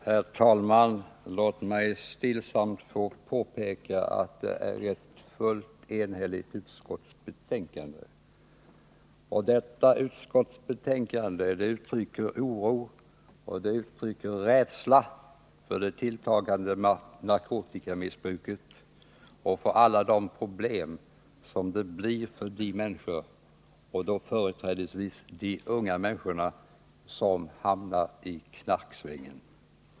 Herr talman! Låt mig stillsamt få påpeka att utskottet står fullt enigt bakom sitt betänkande. Detta utskottsbetänkande uttrycker oro och rädsla för det tilltagande narkotikamissbruket och för alla problem som uppstår för de människor — företrädesvis de unga människorna — som hamnar i knarksvängen.